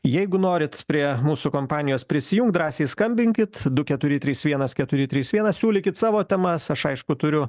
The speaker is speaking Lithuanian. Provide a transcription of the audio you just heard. jeigu norit prie mūsų kompanijos prisijungt drąsiai skambinkit du keturi trys vienas keturi trys vienas siūlykit savo temas aš aišku turiu